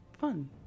fun